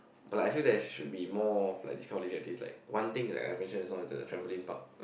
but like I feel there should be more like these kind of leisure activities like one thing like I mention just now is a trampoline park